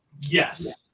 Yes